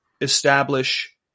establish